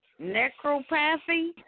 necropathy